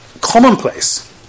commonplace